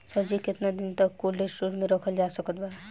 सब्जी केतना दिन तक कोल्ड स्टोर मे रखल जा सकत बा?